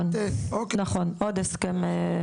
עוד הסכם.